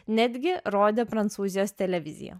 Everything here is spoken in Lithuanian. netgi rodė prancūzijos televizija